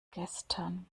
gestern